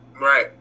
Right